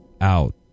out